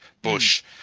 Bush